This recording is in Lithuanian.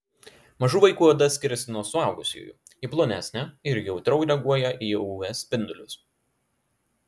mažų vaikų oda skiriasi nuo suaugusiųjų ji plonesnė ir jautriau reaguoja į uv spindulius